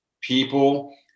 people